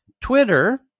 Twitter